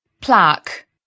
plaque